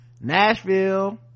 Nashville